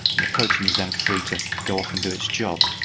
the protein is then free to go off and do its job.